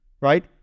Right